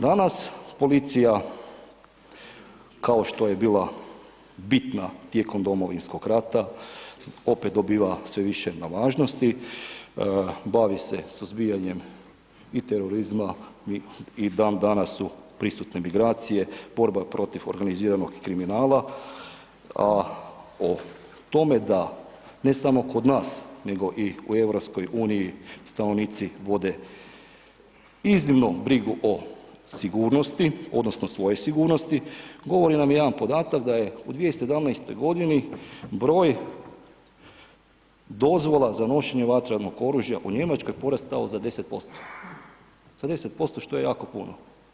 Danas policija kao što je bila bitna tijekom Domovinskog rata, opet dobiva sve više na važnosti, bavi se suzbijanjem i terorizma i dan danas su prisutne migracije, borba protiv organiziranog kriminala, a o tome da ne samo kod nas, nego i u EU, stanovnici vode iznimno brigu o sigurnosti odnosno svoje sigurnosti, govori nam jedan podatak da je u 2017.g. broj dozvola za nošenje vatrenog oružja u Njemačkoj porastao za 10%, za 10% što je jako puno.